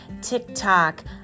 TikTok